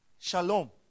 shalom